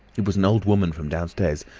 it was an old woman from downstairs,